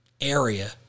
area